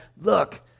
look